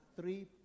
three